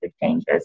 changes